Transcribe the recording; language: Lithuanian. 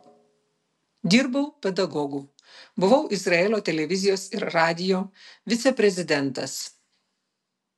dirbau pedagogu buvau izraelio televizijos ir radijo viceprezidentas